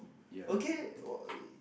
okay w~ uh